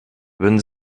würden